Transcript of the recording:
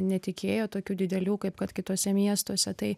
netikėjo tokių didelių kaip kad kituose miestuose tai